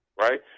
right